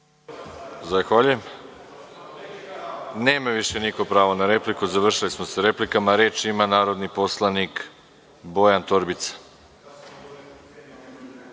Zahvaljujem. Nema više niko pravo na repliku, završili smo sa replikama. Reč ima narodni poslanik Bojan Torbica.